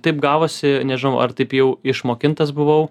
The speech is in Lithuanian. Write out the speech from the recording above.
taip gavosi nežinau ar taip jau išmokintas buvau